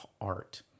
art